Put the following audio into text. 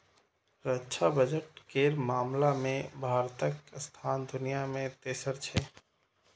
रक्षा बजट केर मामला मे भारतक स्थान दुनिया मे तेसर छै